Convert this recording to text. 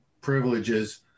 privileges